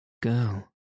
Girl